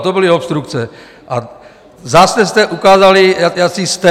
To byly obstrukce, a zase jste ukázali, jací jste.